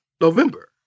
November